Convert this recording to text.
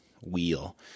wheel